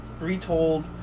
retold